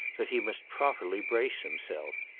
that he must properly brace himself.